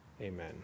Amen